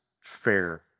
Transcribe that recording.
fair